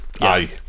aye